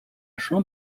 jean